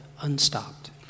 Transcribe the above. unstopped